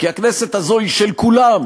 כי הכנסת הזאת היא של כולם,